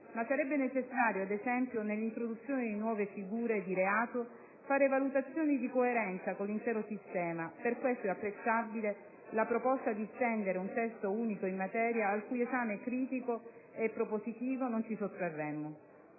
ma sarebbe necessario ad esempio, nell'introduzione di nuove figure di reato, fare valutazioni di coerenza con l'intero sistema. Per questo è apprezzabile la proposta di stendere un testo unico in materia, al cui esame critico e propositivo non ci sottrarremo.